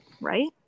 right